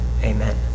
Amen